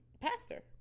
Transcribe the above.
pastor